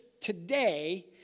today